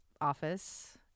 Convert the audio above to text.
office